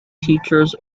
teachers